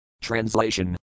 Translation